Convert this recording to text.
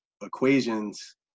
equations